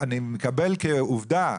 אני מקבל כעובדה,.